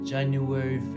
January